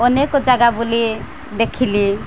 ଅନେକ ଜାଗା ବୁଲି ଦେଖିଲି